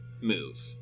move